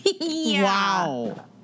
Wow